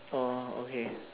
oh okay